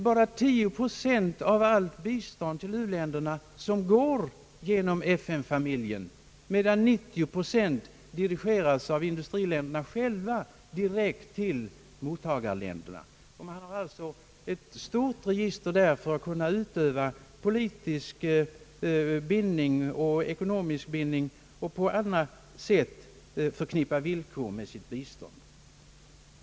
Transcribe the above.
Endast 10 procent av allt bistånd till u-länderna går genom FN familjen, medan 90 procent dirigeras av industriländerna själva direkt till mottagarländerna. Man har därigenom ett stort register för att kunna utöva politiska och ekonomiska bindningar och på annat sätt förknippa villkor med sitt bistånd.